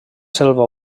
selva